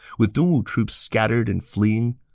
with dongwu troops scattered and fleeing,